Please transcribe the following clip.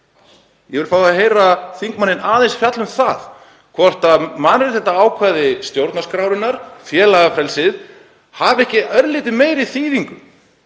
Ég vil fá að heyra þingmanninn aðeins fjalla um það hvort mannréttindaákvæði stjórnarskrárinnar, um félagafrelsi, hafi ekki örlítið meiri þýðingu